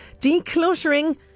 Decluttering